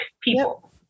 people